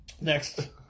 Next